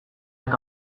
eta